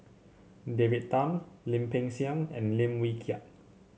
David Tham Lim Peng Siang and Lim Wee Kiak